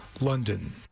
London